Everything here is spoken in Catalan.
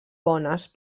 bones